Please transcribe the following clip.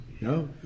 No